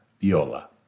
Viola